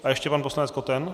A ještě pan poslanec Koten.